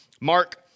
Mark